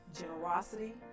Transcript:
generosity